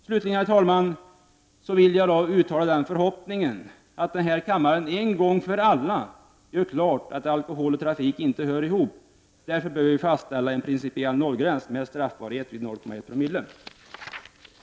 Slutligen, herr talman, vill jag uttala förhoppningen att denna kammare en gång för alla gör klart att alkohol och trafik inte hör ihop. Därför bör vi fastställa en principiell nollgräns med straffbarhet vid 0,1 co alkoholkoncentration.